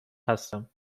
هستم